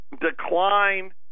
decline